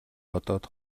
бодоод